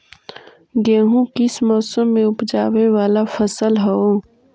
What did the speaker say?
गेहूं किस मौसम में ऊपजावे वाला फसल हउ?